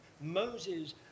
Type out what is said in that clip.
Moses